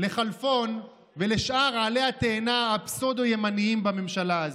לכלפון ולשאר עלי התאנה הפסאודו-ימנים בממשלה הזאת,